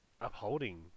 upholding